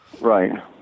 Right